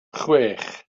chwech